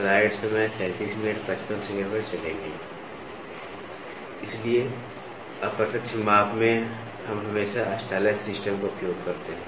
इसलिए अप्रत्यक्ष माप में हम हमेशा स्टाइलस सिस्टम का उपयोग करते हैं